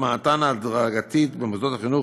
להטמעתן ההדרגתית במוסדות החינוך,